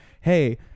Hey